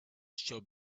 showed